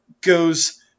goes